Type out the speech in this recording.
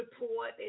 report